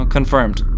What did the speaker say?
confirmed